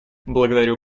благодарю